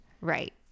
Right